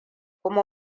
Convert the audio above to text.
kuma